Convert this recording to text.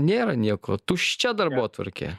nėra nieko tuščia darbotvarkė